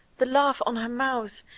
the laugh on her mouth,